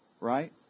right